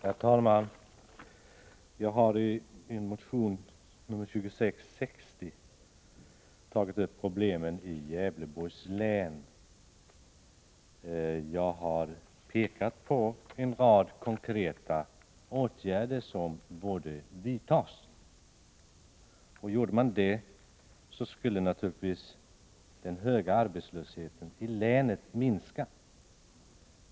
Herr talman! Jag har i en motion, nr 2660, tagit upp problemen i Gävleborgs län. Jag har pekat på en rad konkreta åtgärder som borde vidtas. Vidtog man dessa åtgärder skulle naturligtvis den höga arbetslösheten i länet minska.